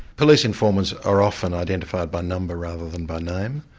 police informers are often identified by number rather than by name,